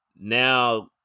now